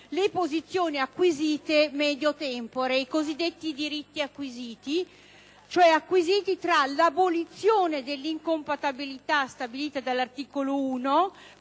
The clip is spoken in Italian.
le posizioni acquisite *medio tempore*, i cosiddetti diritti acquisiti, tra l'abolizione dell'incompatibilità stabilita dall'articolo 1,